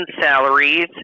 salaries